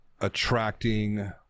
attracting